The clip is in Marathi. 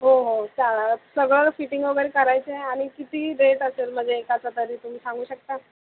हो हो चालेल सगळं फिटिंग वगैरे करायचं आहे आणि किती रेट असेल म्हणजे एकाचा तरी तुम्ही सांगू शकता